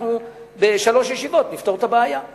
אנחנו נפתור את הבעיה בשלוש ישיבות.